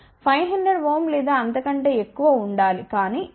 500Ω లేదా అంతకంటే ఎక్కువ ఉండాలి కానీ ఎందుకు